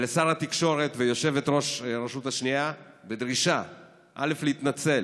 לשר התקשורת וליושבת-ראש הרשות השנייה בדרישה להתנצל,